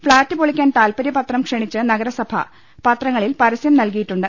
flat പൊളിക്കാൻ താൽപര്യപത്രം ക്ഷണിച്ച് നഗരസഭ പത്രങ്ങളിൽ പരസ്യം നൽകിയിട്ടുണ്ട്